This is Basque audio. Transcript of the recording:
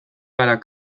gara